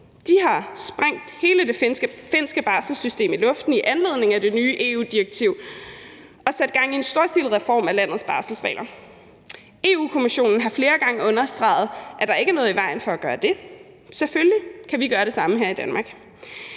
De har sprængt hele det finske barselssystem i luften i anledning af det nye EU-direktiv og sat gang i en storstilet reform af landets barselsregler. Europa-Kommissionen har flere gange understreget, at der ikke er noget i vejen for at gøre det. Selvfølgelig kan vi gøre det samme her i Danmark.